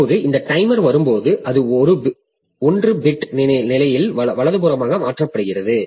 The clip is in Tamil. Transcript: இப்போது இந்த டைமர் வரும்போது அது 1 பிட் நிலையில் வலதுபுறமாக மாற்றப்படுகிறது